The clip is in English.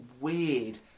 weird